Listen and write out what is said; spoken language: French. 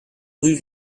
rue